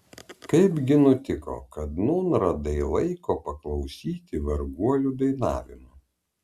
kaipgi nutiko kad nūn radai laiko paklausyti varguolių dainavimo